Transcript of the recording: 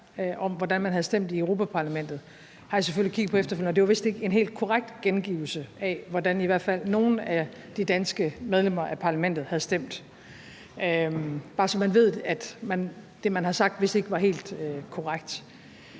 om, hvordan man havde stemt i Europa-Parlamentet, har jeg selvfølgelig kigget på efterfølgende, og det var vist ikke en helt korrekt gengivelse af, hvordan i hvert fald nogle af de danske medlemmer af Parlamentet har stemt. Det er bare, så man ved, at det, man har sagt, vist ikke var helt korrekt.